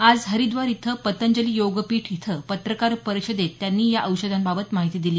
आज हरिद्वार इथं पतंजली योग पीठ इथं पत्रकार परिषदेत त्यांनी या औषधांबाबत माहिती दिली